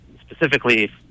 specifically